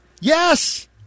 Yes